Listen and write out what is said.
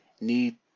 need